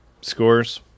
scores